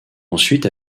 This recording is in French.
ensuite